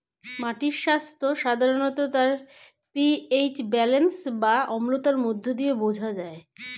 মাটির স্বাস্থ্য সাধারণত তার পি.এইচ ব্যালেন্স বা অম্লতার মধ্য দিয়ে বোঝা যায়